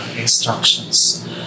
instructions